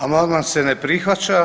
Amandman se ne prihvaća.